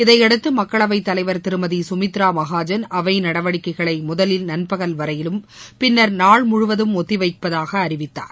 இதையடுத்து மக்களவைத் தலைவர் திருமதி சுமித்ரா மகாஜன் அவை நடவடிக்கைகளை முதலில் நண்பகல் வரையிலும் பின்னர் நாள் முழுவதும் ஒத்திவைப்பதாக அறிவித்தார்